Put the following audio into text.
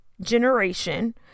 generation